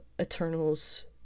Eternals